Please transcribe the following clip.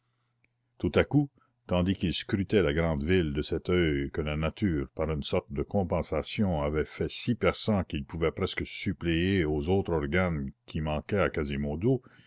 tout à coup tandis qu'il scrutait la grande ville de cet oeil que la nature par une sorte de compensation avait fait si perçant qu'il pouvait presque suppléer aux autres organes qui manquaient à quasimodo